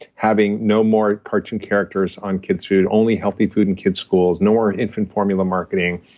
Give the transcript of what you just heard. having no more cartoon characters on kids' food, only healthy food in kids' schools, no more infant formula marketing,